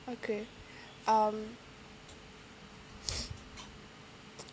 okay um